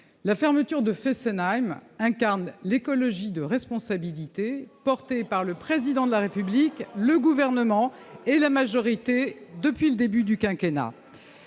la fermeture de Fessenheim incarne l'écologie de responsabilité, ... C'est faux !... portée par le Président de la République, le Gouvernement et la majorité depuis le début du quinquennat.